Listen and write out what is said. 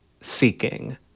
seeking